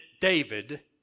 David